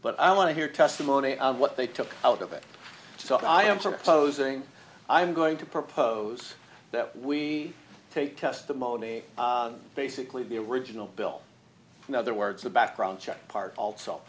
but i want to hear testimony on what they took out of it so i am proposing i'm going to propose that we take testimony basically the original bill in other words a background check part also